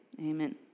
Amen